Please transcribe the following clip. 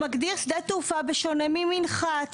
שמגדיר שדה תעופה בשונה ממנחת.